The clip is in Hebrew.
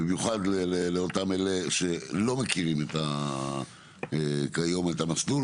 במיוחד לאותם אלה שלא מכירים כיום את המסלול,